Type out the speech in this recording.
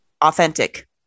Authentic